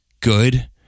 good